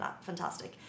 fantastic